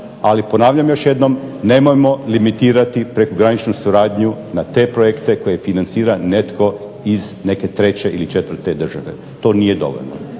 ali ponavljam još jednom nemojmo limitirati prekograničnu suradnju na te projekte koje financira netko iz neke treće ili četvrte države. To nije dovoljno.